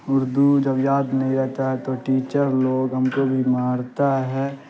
اردو جب یاد نہیں رہتا ہے تو ٹیچر لوگ ہم کو بھی مارتا ہے